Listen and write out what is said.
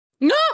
No